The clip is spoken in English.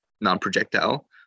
non-projectile